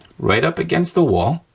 right up against the wall,